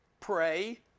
pray